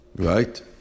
Right